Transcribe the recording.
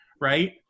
Right